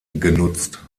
genutzt